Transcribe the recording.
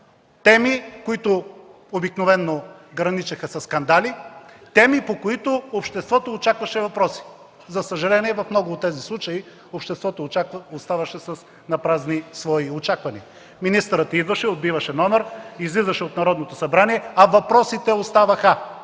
Теми, които обикновено граничеха със скандали, теми, по които обществото очакваше въпроси. За съжаление, в много от тези случаи обществото оставаше с напразни свои очаквания. Министърът идваше, отбиваше номера и излизаше от Народното събрание, а въпросите оставаха!